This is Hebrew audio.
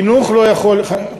בלי להילחם באחר.